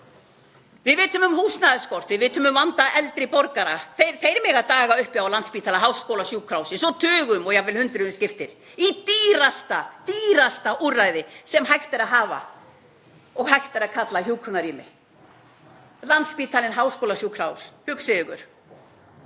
Við vitum af húsnæðisskorti, við vitum um vanda eldri borgara. Þeir mega daga uppi á Landspítala – háskólasjúkrahúsi svo tugum og jafnvel hundruðum skiptir í dýrasta úrræði sem hægt er að hafa og hægt er að kalla hjúkrunarrými. Landspítali – háskólasjúkrahús, hugsið ykkur.